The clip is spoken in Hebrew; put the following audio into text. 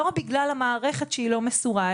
לא בגלל מערכת שהיא לא מסורה,